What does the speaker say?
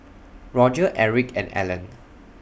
Roger Erick and Ellen